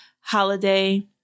holiday